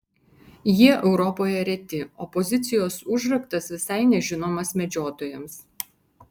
jie europoje reti o pozicijos užraktas visai nežinomas medžiotojams